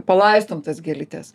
palaistom tas gėlytes